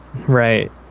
Right